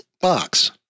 box